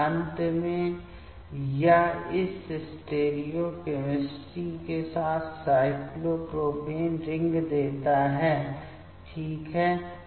और अंत में यह इस स्टीरियोकेमिस्ट्री के साथ साइक्लोप्रोपेन रिंग देता है ठीक है